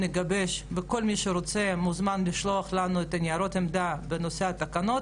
מי שרוצה מוזמן לשלוח לנו את ניירות העמדה בנושא התקנות,